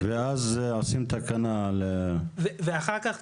ואז תהיה תקנה לגבי המועצות המקומיות והאזוריות.